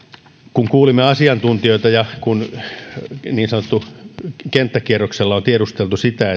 kun kuulimme asiantuntijoita ja kun niin sanotulla kenttäkierroksella on tiedusteltu sitä